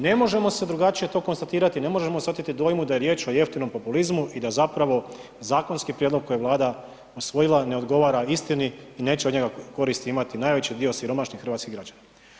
Ne možemo se drugačije to konstatirati, ne možemo se oteti dojmu da je riječ o jeftinom populizmu i da zapravo zakonski prijedlog koji je Vlada usvojila, ne odgovara istini i neće od njega koristi imati najveći dio siromašnih hrvatskih građana.